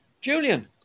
Julian